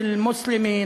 של מוסלמי,